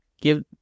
give